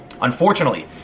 Unfortunately